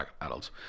adults